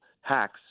hacks